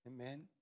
Amen